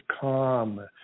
calm